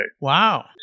Wow